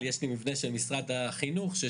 אבל אתה יודע מה היה קורה לי,